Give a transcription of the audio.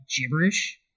gibberish